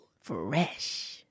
Fresh